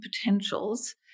potentials